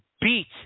beat